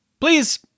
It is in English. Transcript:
Please